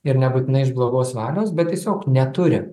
ir nebūtinai iš blogos valios bet tiesiog neturi